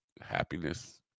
happiness